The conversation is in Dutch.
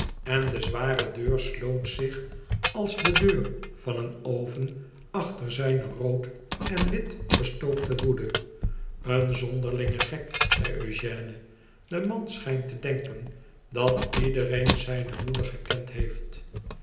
en de zware deur sloot zich als de deur van een oven achter zijne rood en wit gestookte woede en zonderlinge gek zei eugène de man schijnt te denken dat iedereen zijne moeder gekend heeft